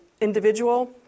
individual